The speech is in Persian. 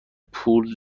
پول